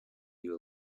you